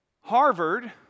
Harvard